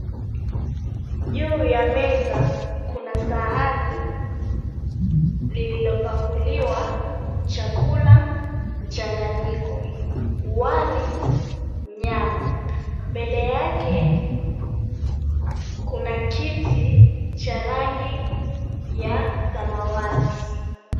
Juu ya meza, kuna sahani, lililopakuliwa, chakula mchanganyiko wali nyama. Mbele yake, kuna kiti cha rangi ya samawati.